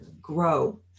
grow